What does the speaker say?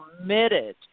committed